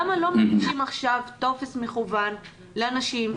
למה לא מנגישים עכשיו טופס מקוון לאנשים,